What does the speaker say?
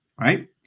Right